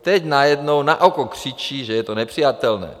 Teď najednou naoko křičí, že je to nepřijatelné.